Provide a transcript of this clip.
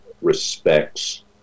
respects